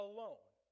Alone